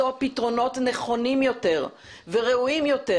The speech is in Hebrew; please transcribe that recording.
פתרונות נכונים יותר וראויים יותר,